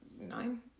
nine